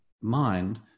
mind